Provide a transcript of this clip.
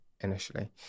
initially